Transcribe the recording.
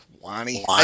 Wani